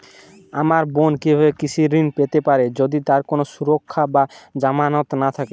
আমার বোন কীভাবে কৃষি ঋণ পেতে পারে যদি তার কোনো সুরক্ষা বা জামানত না থাকে?